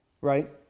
Right